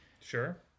Sure